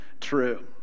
true